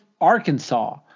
Arkansas